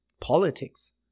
politics